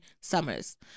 summers